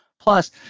Plus